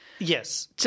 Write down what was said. Yes